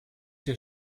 der